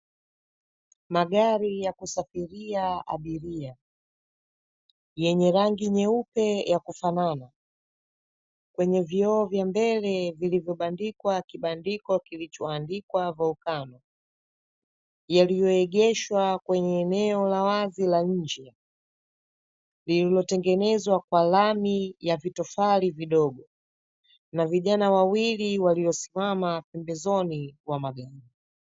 Magari ya kusafiria abiria yenye rangi nyeupe ya kufanana, kwenye vioo vya mbele vilivyobandikwa kibandiko kilichoandikwa Volcano, yaliyoegeshwa kwenye eneo la wazi la nje lililotengenezwa kwa lami ya vitofari vidogo, na vijana wawili waliosimama pembezoni mwa magari.